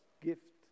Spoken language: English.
gift